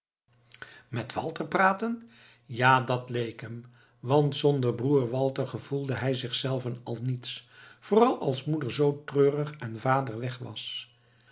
met walter praten ja dat leek hem want zonder broer walter gevoelde hij zichzelven als niets vooral als moeder zoo treurig en vader weg was